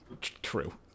true